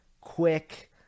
quick